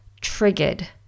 triggered